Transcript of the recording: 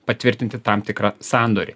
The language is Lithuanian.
patvirtinti tam tikrą sandorį